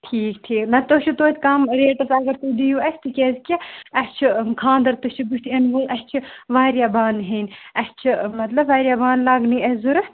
ٹھیٖک ٹھیٖک نَہ تُہۍ چھُو توتہِ کَم ریٹَس اگر تُہۍ دِیو اسہِ تہِ کیازکہِ اسہِ چھِ خانٛدَر تہِ چھُ بُتھہِ یِنہٕ وول اسہِ چھِ واریاہ بانہٕ ہٮ۪نۍ اسہِ چھِ مَطلَب واریاہ بانہٕ لَگنٕے اسہِ ضروٗرت